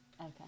Okay